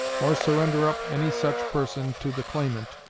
or surrender up any such person to the claimant,